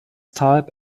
type